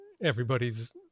everybody's